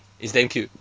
it's damn cute